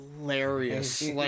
hilarious